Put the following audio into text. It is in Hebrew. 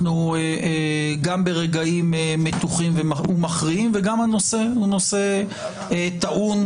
אנחנו גם ברגעים מתוחים ומכריעים וגם הנושא הוא טעון.